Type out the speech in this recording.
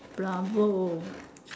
bravo